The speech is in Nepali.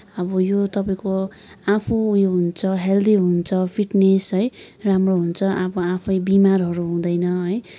अब यो तपाईँको आफू उयो हुन्छ हेल्दी हुन्छ फिटनेस है राम्रो हुन्छ अब आफै बिमारहरू हुँदैन है